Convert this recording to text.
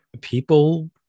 people